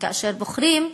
וכאשר בוחרים,